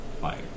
fire